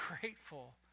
grateful